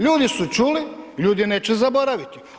Ljudi su čuli, ljudi neće zaboraviti.